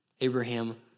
Abraham